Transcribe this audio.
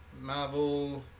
Marvel